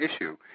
issue